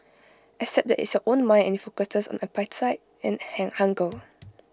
except that it's your own mind and IT focuses on appetite and hang hunger